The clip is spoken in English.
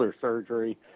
surgery